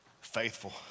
faithful